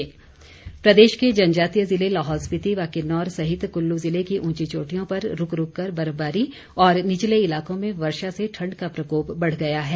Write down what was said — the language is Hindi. मौसम प्रदेश के जनजातीय जिले लाहौल स्पिति व किन्नौर सहित कुल्लू जिले की ऊंची चोटियों पर रूक रूक कर बर्फबारी और निचले इलाकों में वर्षा से ठंड का प्रकोप बढ़ गया है